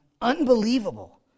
Unbelievable